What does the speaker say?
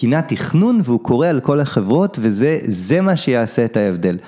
קינת תכנון והוא קורא על כל החברות וזה, זה מה שיעשה את ההבדל.